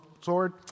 sword